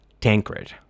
Tancred